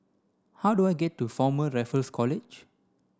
how do I get to Former Raffles College